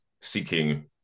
seeking